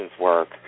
work